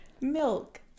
milk